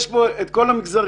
יש פה את כל המגזרים.